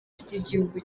ry’igihugu